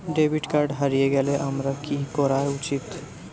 Debit card হারিয়ে গেলে আমার কি করা উচিৎ?